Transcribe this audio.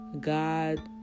God